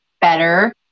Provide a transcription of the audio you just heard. better